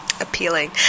appealing